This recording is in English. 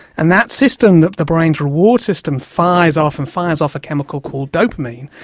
and that system that the brain's reward system fires off and fires off a chemical called dopamine,